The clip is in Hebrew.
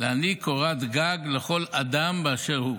להעניק קורת גג לכל אדם באשר הוא.